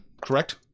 correct